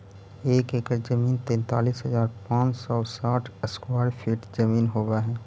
एक एकड़ जमीन तैंतालीस हजार पांच सौ साठ स्क्वायर फीट जमीन होव हई